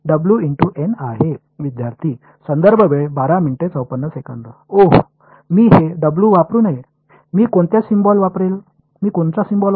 विद्यार्थी ओह मी हे w वापरू नये मी कोणचा सिम्बॉल वापरेल